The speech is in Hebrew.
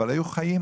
אבל היו חיים,